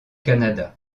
canada